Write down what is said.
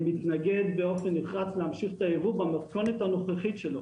אני מתנגד באופן נחרץ להמשיך את הייבוא במתכונת הנוכחית שלו.